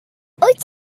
wyt